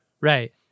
Right